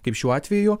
kaip šiuo atveju